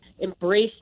Embrace